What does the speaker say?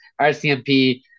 RCMP